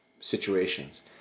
situations